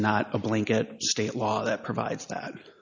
and not a blanket state law that provides that